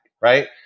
Right